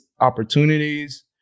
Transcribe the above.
opportunities